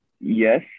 yes